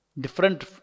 Different